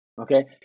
Okay